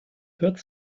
hört